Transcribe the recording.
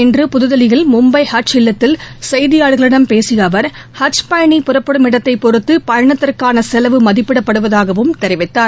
இன்று புதுதில்லியில் மும்பை ஹஜ் இல்லத்தில் செய்தியாளர்களிடம் பேசிய அவர் ஹஜ் பயணி புறப்படும் இடத்தை பொறுத்து பயணத்திற்கான செலவு மதிப்பிடப்படுவதாகவும் தெரிவித்தார்